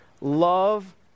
Love